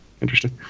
interesting